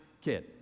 kid